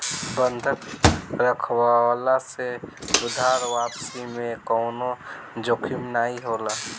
बंधक रखववला से उधार वापसी में कवनो जोखिम नाइ होला